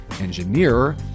engineer